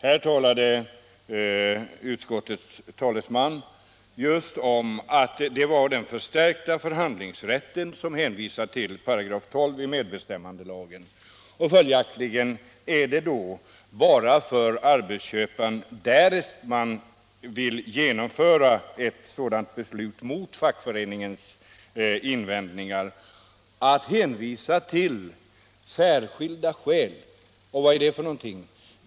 Här talade utskottets talesman just om att det var den förstärkta förhandlingsrätten, som hänför sig till 12 § i medbestämmandelagen. Följaktligen är det då bara för arbetsköparen, därest han vill genomföra ett sådant beslut mot fackföreningens invändningar, att hänvisa till ”särskilda skäl”. Vad är det?